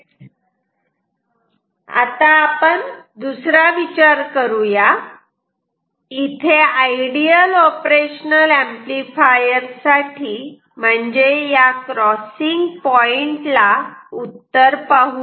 आता दुसरा विचार करूया इथे आयडियल ऑपरेशनल ऍम्प्लिफायर साठी म्हणजे या क्रॉसिंग पॉइंट ला उत्तर पाहुयात